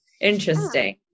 Interesting